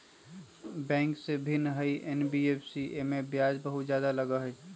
Bank से भिन्न हई एन.बी.एफ.सी इमे ब्याज बहुत ज्यादा लगहई?